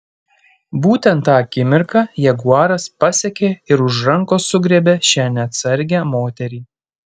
būtent tą akimirką jaguaras pasiekė ir už rankos sugriebė šią neatsargią moterį